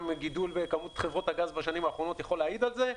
גם גידול מספר חברות הגז בשנים האחרונות יכול להעיד על זה,